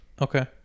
Okay